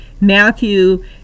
Matthew